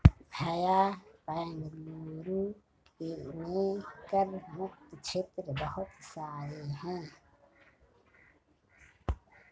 भैया बेंगलुरु में कर मुक्त क्षेत्र बहुत सारे हैं